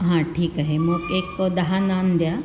हां ठीक आहे मग एक दहा नान द्या